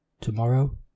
Tomorrow